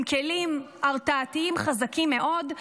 עם כלים הרתעתיים חזקים מאוד,